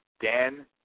Dan